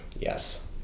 Yes